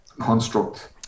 construct